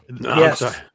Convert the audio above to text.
Yes